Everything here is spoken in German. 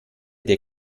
der